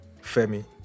Femi